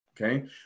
Okay